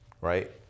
right